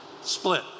Split